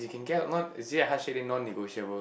you can get a non is it a heart shape then non negotiable